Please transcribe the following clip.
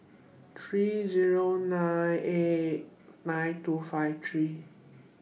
three Zero nine eight nine two five three